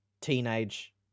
teenage